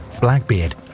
Blackbeard